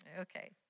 Okay